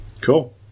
Cool